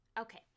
Okay